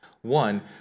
one